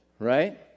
right